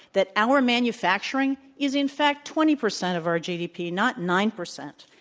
that our manufacturing is in fact twenty percent of our gdp, not nine percent.